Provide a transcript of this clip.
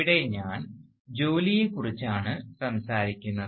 ഇവിടെ ഞാൻ ജോലിയെക്കുറിച്ചാണ് സംസാരിക്കുന്നത്